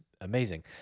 Amazing